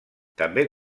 també